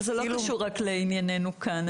אבל זה לא קשור רק לענייננו כאן,